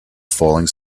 falling